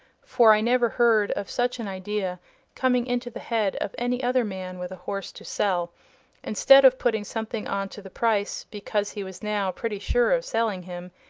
for i never heard of such an idea coming into the head of any other man with a horse to sell instead of putting something on to the price because he was now pretty sure of selling him,